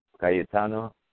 Cayetano